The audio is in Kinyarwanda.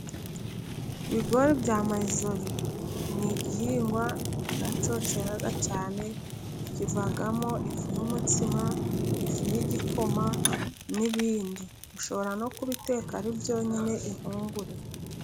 Ibigori bya Mayizori ni igihingwa nacyo cyera cyane ,kivamo ifu y'umutsima, ifu y'igikoma n'ibindi, ushobora no kubiteka ari byonyine impungure.